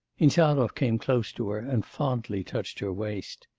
insarov came close to her and fondly touched her waist.